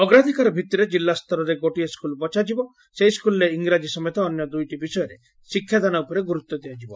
ଅଗ୍ରାଧକାର ଭିତ୍ତିରେ ଜିଲ୍ଲାସ୍ଟରେ ଗୋଟିଏ ସ୍କଲ୍ ବଛାଯିବ ସେହି ସ୍କଲ୍ରେ ଇଂରାଜୀ ସମେତ ଅନ୍ୟ ଦୁଇଟି ବିଷୟରେ ଶିକ୍ଷାଦାନ ଉପରେ ଗୁରୁତ୍ୱ ଦିଆଯିବ